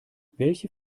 welche